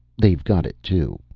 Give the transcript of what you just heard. they've got it, too.